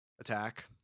attack